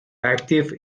active